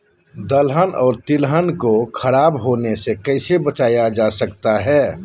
दलहन और तिलहन को खराब होने से कैसे बचाया जा सकता है?